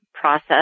process